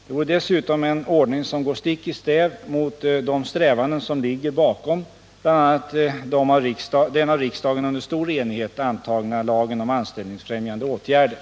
Det vore dessutom en ordning som går stick i stäv mot de strävanden som ligger bakom bl.a. den av riksdagen under stor enighet antagna lagen om anställningsfrämjande åtgärder.